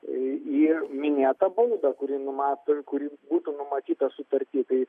į į minėtą baudą kuri numato ir kuri būtų numatyta sutarty tai